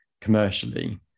commercially